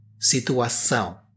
situação